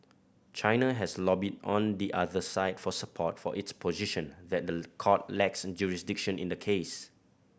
China has lobbied on the other side for support for its position that the court lacks jurisdiction in the case